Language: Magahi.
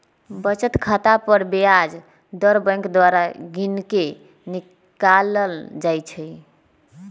बचत खता पर ब्याज दर बैंक द्वारा गिनके निकालल जाइ छइ